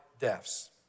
deaths